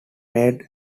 made